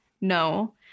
No